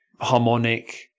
harmonic